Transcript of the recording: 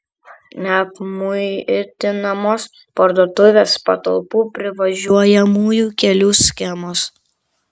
neapmuitinamos parduotuvės patalpų privažiuojamųjų kelių schemos